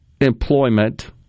employment